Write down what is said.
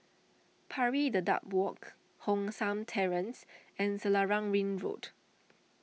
Pari Dedap Walk Hong San Terrace and Selarang Ring Road